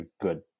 good